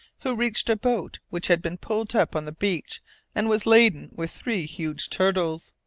who reached a boat which had been pulled up on the beach and was laden with three huge turtles.